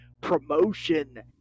promotion